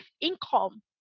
income